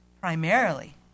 primarily